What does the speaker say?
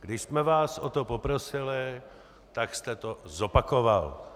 Když jsme vás o to poprosili, tak jste to zopakoval.